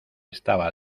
estaba